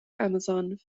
amazon